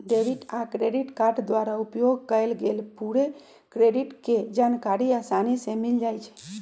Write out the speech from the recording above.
debit आ credit card द्वारा उपयोग कएल गेल पूरे क्रेडिट के जानकारी असानी से मिल जाइ छइ